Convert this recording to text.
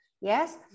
Yes